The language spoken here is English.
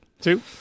Two